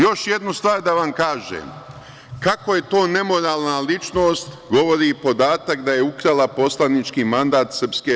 Još jednu stvar da vam kažem, kako je to nemoralna ličnost, govori podatak da je ukrala poslanički mandat SRS.